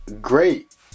great